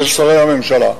של שרי הממשלה.